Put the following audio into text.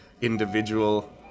individual